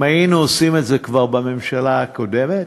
אם היינו עושים את זה כבר בממשלה הקודמת,